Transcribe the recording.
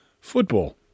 football